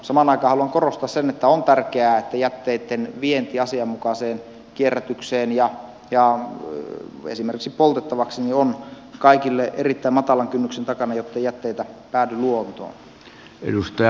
samaan aikaan haluan korostaa sitä että on tärkeää että jätteitten vienti asianmukaiseen kierrätykseen ja esimerkiksi poltettavaksi on kaikille erittäin matalan kynnyksen takana jottei jätteitä päädy luontoon